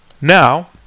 Now